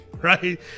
Right